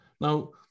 Now